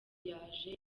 yaje